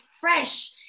fresh